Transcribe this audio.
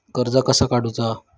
कर्ज कसा काडूचा?